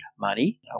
money